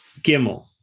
Gimel